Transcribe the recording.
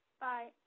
Bye